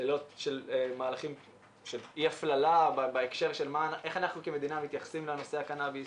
שאלות של אי הפללה בהקשר של איך אנחנו כמדינה מתייחסים לנושא הקנאביס.